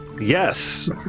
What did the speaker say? Yes